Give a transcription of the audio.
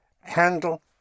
handle